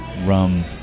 rum